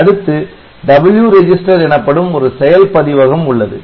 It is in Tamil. அடுத்து 'W' ரெஜிஸ்டர் எனப்படும் ஒரு செயல் பதிவகம் உள்ளது